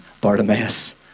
Bartimaeus